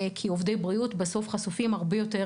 כי עובדי בריאות בסוף חשופים הרבה יותר